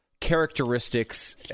characteristics